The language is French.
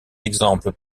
exemples